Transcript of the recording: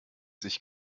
sich